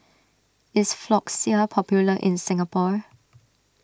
is Floxia popular in Singapore